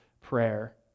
prayer